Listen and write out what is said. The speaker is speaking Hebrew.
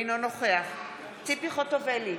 אינו נוכח ציפי חוטובלי,